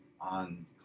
on